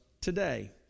today